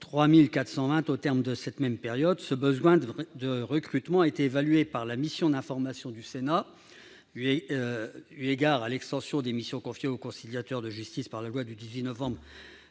3 420 au terme de la période. Ce besoin de recrutement a été évalué par la mission d'information du Sénat eu égard à l'extension des missions confiées aux conciliateurs de justice par la loi du 18 novembre